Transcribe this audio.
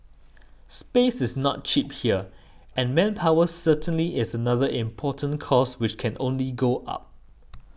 space is not cheap here and manpower certainly is another important cost which can only go up